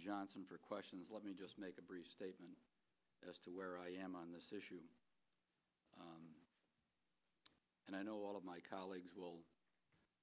johnson for questions let me just make a brief statement as to where i am on this issue and i know all of my colleagues will